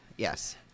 Yes